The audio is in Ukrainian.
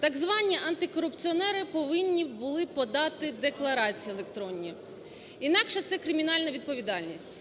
так звані антикорупціонери повинні були подати декларації електронні, інакше це кримінальна відповідальність.